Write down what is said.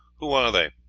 who are they?